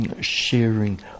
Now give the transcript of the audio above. sharing